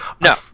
No